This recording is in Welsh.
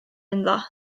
ynddo